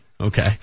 Okay